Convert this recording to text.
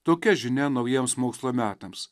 tokia žinia naujiems mokslo metams